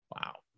Wow